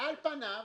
על פניו